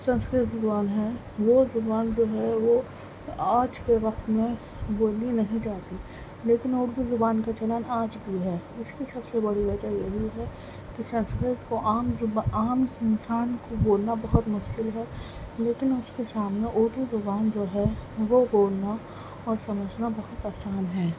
سنسکرت زبان ہے وہ زبان جو ہے وہ آج کے وقت میں بولی نہیں جاتی لیکن اردو زبان کا چلن آج بھی ہے اس کی سب سے بڑی وجہ یہی ہے کہ سنسکرت کو عام انسان کو بولنا بہت مشکل ہے لیکن اس کے سامنے اردو زبان جو ہے وہ بولنا اور سمجھنا بہت آسان ہے